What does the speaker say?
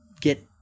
get